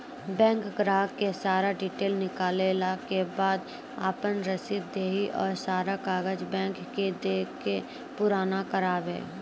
Bank ग्राहक के सारा डीटेल निकालैला के बाद आपन रसीद देहि और सारा कागज बैंक के दे के पुराना करावे?